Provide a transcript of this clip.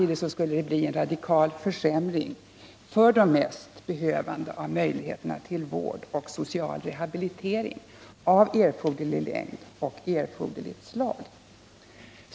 Det skulle samtidigt bli en radikal försämring för de mest behövande när det gäller möjligheterna till vård och social rehabilitering av erforderlig längd och erforderligt slag.